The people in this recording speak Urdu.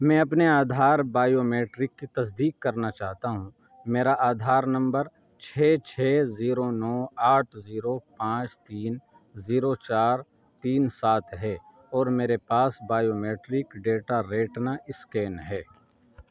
میں اپنے آدھار بائیومیٹرک کی تصدیق کرنا چاہتا ہوں میرا آدھار نمبر چھ چھ زیرو نو آٹھ زیرو پانچ تین زیرو چار تین سات ہے اور میرے پاس بائیومیٹرک ڈیٹا ریٹنا اسکین ہے